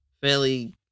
Fairly